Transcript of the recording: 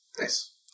Nice